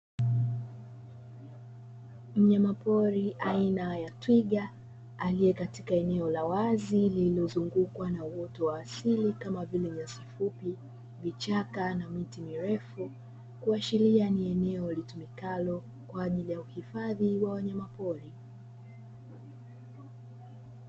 Mnyama pori aina ya twiga aliye katika eneo la wazi lililozungukwa na uoto wa asili kama vile nyasi fupi, vichaka na miti mirefu, kuashiria ni eneo litumikalo kwa ajili ya uhifadhi wa wanyamapori.